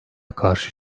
karşı